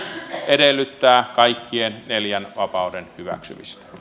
edellyttää kaikkien neljän vapauden hyväksymistä